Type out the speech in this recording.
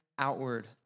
outward